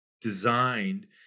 designed